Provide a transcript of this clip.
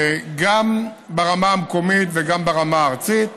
גם ברמה המקומית וגם ברמה הארצית,